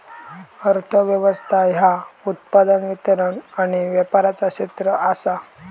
अर्थ व्यवस्था ह्या उत्पादन, वितरण आणि व्यापाराचा क्षेत्र आसा